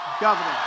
Governor